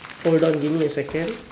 hold on give me a second